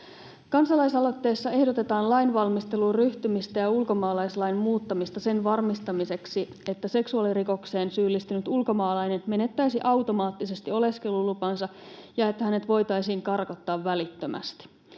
Kansalaisaloitteessa ehdotetaan lainvalmisteluun ryhtymistä ja ulkomaalaislain muuttamista sen varmistamiseksi, että seksuaalirikokseen syyllistynyt ulkomaalainen menettäisi automaattisesti oleskelulupansa ja että hänet voitaisiin karkottaa välittömästi.